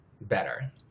better